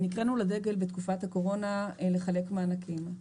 נקראנו לדגל בתקופת הקורונה לחלק מענקים.